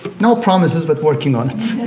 no promises but working on it.